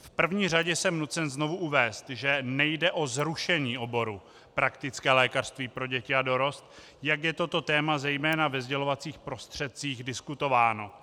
V první řadě jsem nucen znovu uvést, že nejde o zrušení oboru praktické lékařství pro děti a dorost, jak je toto téma, zejména ve sdělovacích prostředcích, diskutováno.